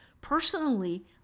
personally